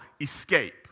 escape